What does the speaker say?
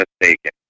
mistaken